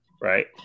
right